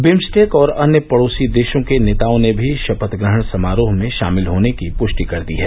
BIMSTEC और अन्य पड़ोसी देशों के नेताओं ने भी शपथग्रहण समारोह में शामिल होने की पुष्टि कर दी है